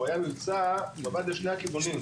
הוא היה מבצע שעבד לשני הכיוונים,